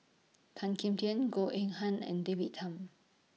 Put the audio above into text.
Tan Kim Tian Goh Eng Han and David Tham